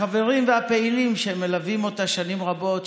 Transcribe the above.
החברים והפעילים שמלווים אותה שנים רבות,